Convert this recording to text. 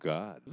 God